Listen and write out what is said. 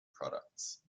products